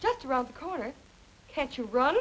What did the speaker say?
just around the corner can't you run